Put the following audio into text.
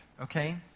okay